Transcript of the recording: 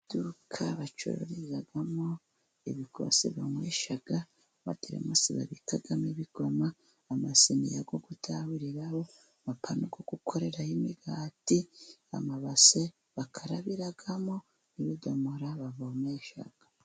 Iduka bacururizamo ibikosi banywesha, amatasi babikamo ibikoma, amasiniya yo gutahuriraho, akantu ko gukoreraho imigati, amabase bakarabiramo, ibidomoro bavomesha.